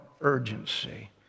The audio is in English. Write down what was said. urgency